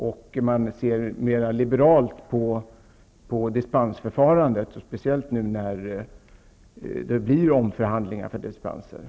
Jag hoppas att man kommer att se mera liberalt på dispensförfarandet. Det gäller speciellt nu när dispenser skall omförhandlas.